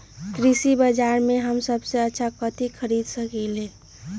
कृषि बाजर में हम सबसे अच्छा कथि खरीद सकींले?